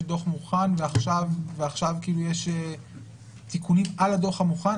יש דוח מוכן ועכשיו יש תיקונים על הדו"ח המוכן?